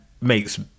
makes